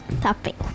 topic